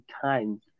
times